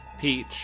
peach